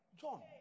John